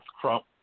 Trump